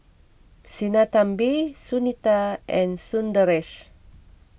Sinnathamby Sunita and Sundaresh